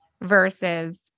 versus